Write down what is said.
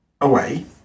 away